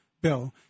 bill